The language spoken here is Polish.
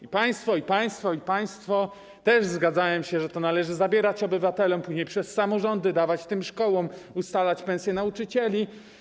I państwo, i państwo, i państwo też zgadzają się, że należy zabierać obywatelom, później przez samorządy dawać szkołom, ustalać pensję nauczycieli.